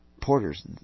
Porters